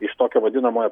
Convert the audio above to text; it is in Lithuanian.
iš tokio vadinamojo